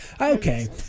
Okay